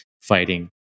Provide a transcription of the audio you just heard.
fighting